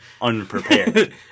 unprepared